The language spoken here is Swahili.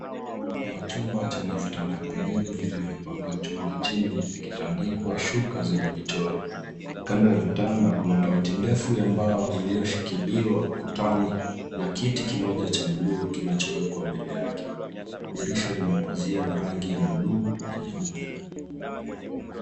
Kuna chumba chenye vitanda viwili vilivyopangwa juu na chini vikitandikwa shuka vyenye michoro. Kando ya kitanda kuna dawati ndefu iliyoshikiliwa ukutani na kiti kimoja cha buluu kinachowekwa mbele yake. Dirisha lina pazia ya rangi ya buluu na nyeupe.